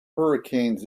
hurricanes